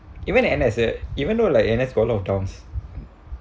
even N_S it even though like N_S got all downs